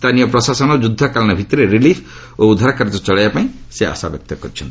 ସ୍ଥାନୀୟ ପ୍ରଶାସନ ଯୁଦ୍ଧକାଳୀନ ଭିତ୍ତିରେ ରିଲିଫ ଉଦ୍ଧାର କାର୍ଯ୍ୟ ଚଳାଇବା ପାଇଁ ସେ ଆଶାବ୍ୟକ୍ତ କରିଛନ୍ତି